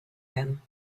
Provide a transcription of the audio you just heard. him